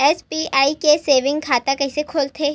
SBI के saving खाता कइसे खोलथे?